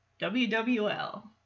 WWL